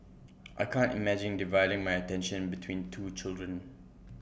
I can't imagine dividing my attention between two children